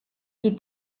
qui